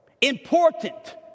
important